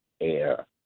air